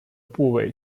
部位